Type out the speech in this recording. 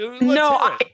no